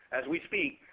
as we speak.